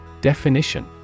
Definition